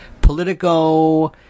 Politico